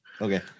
Okay